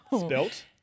Spelt